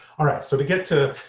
all right, so to get to